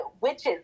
witches